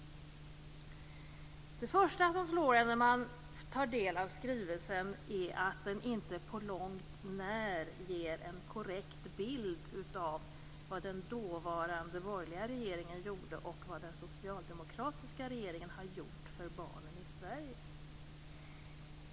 Det första som slår en när man tar del av skrivelsen är att den inte på långt när ger en korrekt bild av vad den dåvarande borgerliga regeringen gjorde och vad den socialdemokratiska regeringen har gjort för barnen i Sverige.